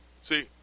See